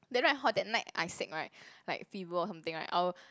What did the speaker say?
then right hor that night I sick right like fever or something right I'll